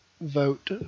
vote